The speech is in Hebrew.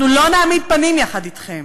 אנחנו לא נעמיד פנים יחד אתכם.